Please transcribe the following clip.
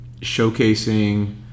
showcasing